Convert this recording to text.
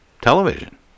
television